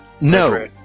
No